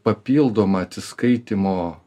papildoma atsiskaitymo